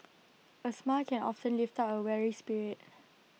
A smile can often lift up A weary spirit